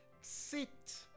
sit